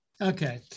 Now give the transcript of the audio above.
Okay